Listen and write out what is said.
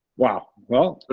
wow. well, but